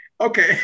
okay